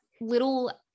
little